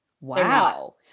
wow